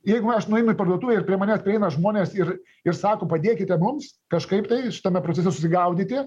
jeigu aš nueinu į parduotuvę ir prie manęs prieina žmonės ir ir sako padėkite mums kažkaip tai šitame procese susigaudyti